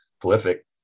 prolific